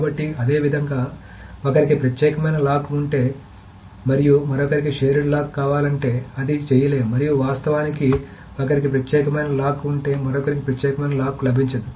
కాబట్టి అదేవిధంగా ఒకరికి ప్రత్యేకమైన లాక్ ఉంటే మరియు మరొకరికి షేర్డ్ లాక్ కావాలంటే అది చేయలేము మరియు వాస్తవానికి ఒకరికి ప్రత్యేకమైన లాక్ ఉంటే మరొకరికి ప్రత్యేకమైన లాక్ లభించదు